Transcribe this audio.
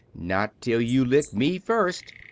not till you lick me first!